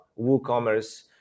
WooCommerce